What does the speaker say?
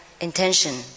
intention